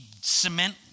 cement